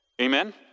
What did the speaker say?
Amen